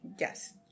yes